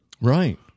Right